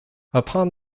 upon